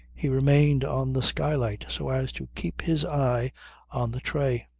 he remained on the skylight so as to keep his eye on the tray.